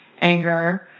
anger